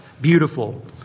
Beautiful